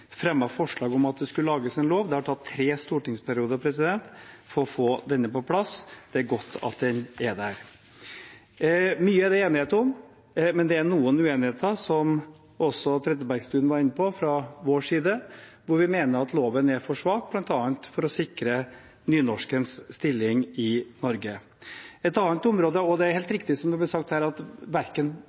forslag om at det skulle lages en lov. Det har tatt tre stortingsperioder å få denne på plass. Det er godt at den er her. Mye er det enighet om, men det er noen uenigheter, som også Trettebergstuen var inne på fra vår side, der vi mener at loven er for svak, bl.a. i å sikre nynorskens stilling i Norge. Det er helt riktig som det ble sagt her, at